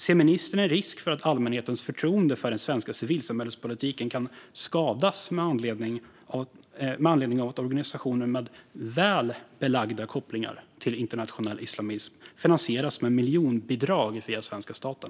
Ser ministern en risk för att allmänhetens förtroende för den svenska civilsamhällespolitiken skadas med anledning av att organisationer med väl belagda kopplingar till internationell islamism finansieras med miljonbidrag via svenska staten?